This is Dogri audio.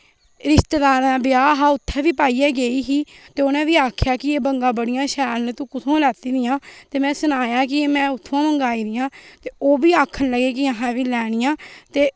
रिश्तेदारा दा ब्याह् हा उत्थै बी पाइयै गेई ही ते उन्ने बी आक्खेआ की एह् बंगा बड़ियां शैल न तु कथुआ लैती दियां ते मैं सनाया की मैं उत्थु मंगवाई दिया ओह् बी आक्खन लगे की आहे बी लैनियां ते